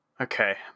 Okay